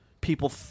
people